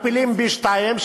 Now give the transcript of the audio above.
מכפילים בשניים,